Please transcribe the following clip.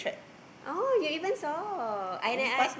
oh you even saw I and I